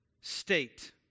state